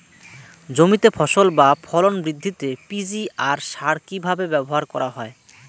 জমিতে ফসল বা ফলন বৃদ্ধিতে পি.জি.আর সার কীভাবে ব্যবহার করা হয়?